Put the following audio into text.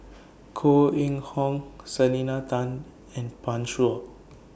Koh Eng Hoon Selena Tan and Pan Shou